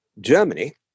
Germany